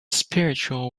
spiritual